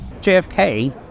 JFK